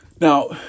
Now